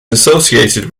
associated